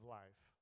life